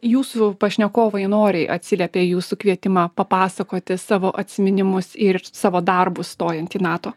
jūsų pašnekovai noriai atsiliepė į jūsų kvietimą papasakoti savo atsiminimus ir savo darbus stojant į nato